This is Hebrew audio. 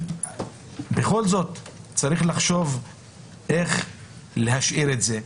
בכל זאת, צריך לחשוב איך להשאיר את זה.